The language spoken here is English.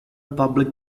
public